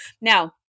Now